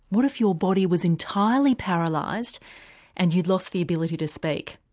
what if your body was entirely paralysed and you'd lost the ability to speak?